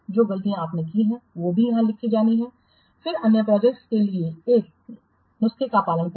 जो गलतियाँ आपने की हैं वे भी यहाँ लिखी जानी हैं फिर अन्य प्रोजेक्टओं के लिए एक नुस्खे का पालन करें